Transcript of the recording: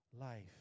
life